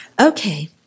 Okay